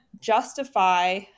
justify